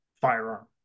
firearm